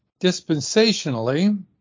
dispensationally